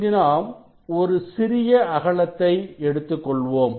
இங்கு நாம் ஒரு சிறிய அகலத்தை எடுத்துக் கொள்வோம்